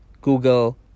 google